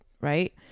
Right